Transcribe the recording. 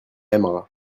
aimera